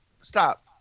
stop